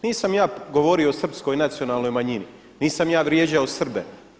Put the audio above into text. Nisam ja govorio o Srpskoj nacionalnoj manjini, nisam ja vrijeđao Srbe.